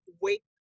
wait